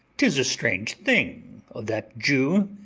tis a strange thing of that jew,